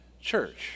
church